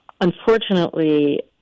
unfortunately